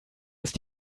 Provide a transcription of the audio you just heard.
ist